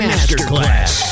Masterclass